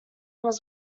was